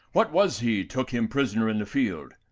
what was he took him prisoner in the field?